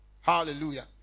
Hallelujah